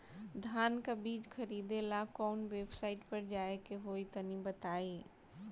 धान का बीज खरीदे ला काउन वेबसाइट पर जाए के होई तनि बताई?